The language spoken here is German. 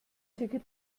ticket